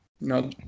no